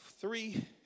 three